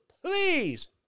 please